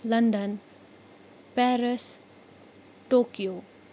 London Paris Tokyo